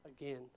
again